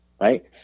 right